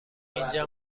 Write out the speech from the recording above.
اینجا